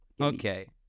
Okay